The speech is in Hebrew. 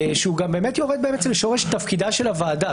שהוא גם באמת יורד אל שורש תפקידה של הוועדה.